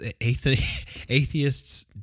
Atheists